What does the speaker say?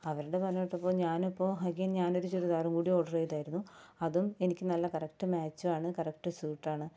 അവരുടെ പറഞ്ഞുകേട്ടപ്പോൾ ഞാനപ്പോൾ എഗൈന് ഞാനൊരു ചുരിദാറുങ്കൂടി ഓഡറ് ചെയ്തായിരുന്നു അതും എനിക്ക് നല്ല കറക്റ്റ് മാച്ചുവാണ് കറക്റ്റ് സൂട്ടാണ്